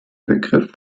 begriff